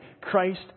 Christ